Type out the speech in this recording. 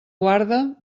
guarda